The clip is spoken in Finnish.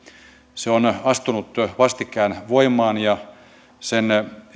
se on astunut vastikään voimaan ja sen